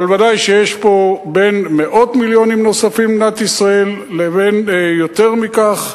אבל ודאי שיש פה בין מאות מיליונים נוספים למדינת ישראל לבין יותר מכך,